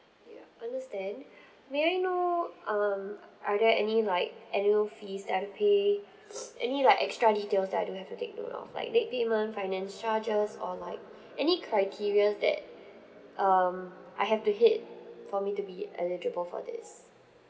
ya understand may I know um are there any like annual fees that I've to pay any like extra details that I do have to take note of like late payment finance charges or like any criteria that um I have to hit for me to be eligible for this